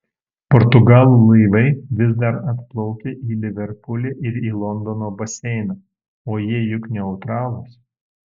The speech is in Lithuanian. portugalų laivai vis dar atplaukia į liverpulį ir į londono baseiną o jie juk neutralūs